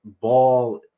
ball